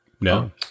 No